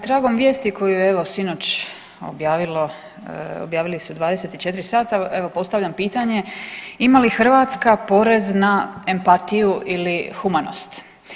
Tragom vijesti koju je evo sinoć objavilo, objavili su 24 sata evo postavljam pitanje, ima li Hrvatska porez na empatiju ili humanost?